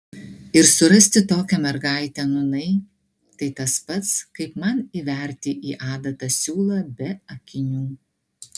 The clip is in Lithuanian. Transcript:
ir surasti tokią mergaitę nūnai tai tas pats kaip man įverti į adatą siūlą be akinių